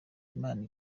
imana